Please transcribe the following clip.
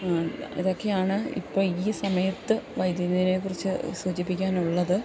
ഇതൊക്കെയാണ് ഇപ്പം ഈ സമയത്ത് വൈദ്യുതീനെക്കുറിച്ച് സൂചിപ്പിക്കാനുള്ളത്